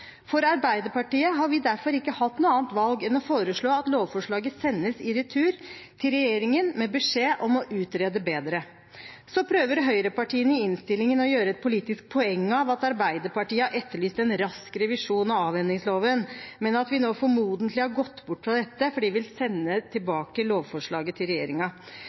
For Arbeiderpartiets del har vi derfor ikke hatt noe annet valg enn å foreslå at lovforslaget sendes i retur til regjeringen med beskjed om å utrede bedre. Høyrepartiene prøver i innstillingen å gjøre et politisk poeng av at Arbeiderpartiet har etterlyst en rask revisjon av avhendingsloven, men at vi nå formodentlig har gått bort fra dette fordi vi vil sende lovforslaget tilbake til